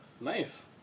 Nice